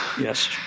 Yes